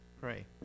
Pray